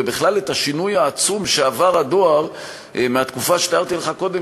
ובכלל את השינוי העצום שעבר הדואר מהתקופה שתיארתי לך קודם,